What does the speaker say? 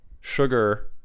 sugar